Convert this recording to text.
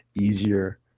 easier